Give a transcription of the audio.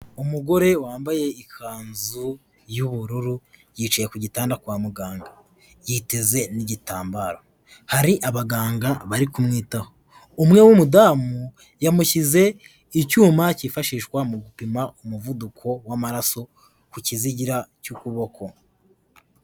Umugore wambaye ikanzu y'ubururu yicaye ku gitanda kwa muganga, yiteze n'igitambaro, hari abaganga bari kumwitaho, umwe w'umudamu yamushyize icyuma cyifashishwa mu gupima umuvuduko w'amaraso ku kizigira cy'ukuboko.